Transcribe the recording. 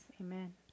amen